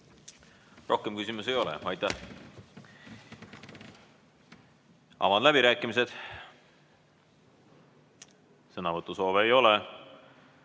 Rohkem küsimusi ei ole. Avan läbirääkimised. Sõnavõtusoove ei ole.